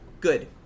good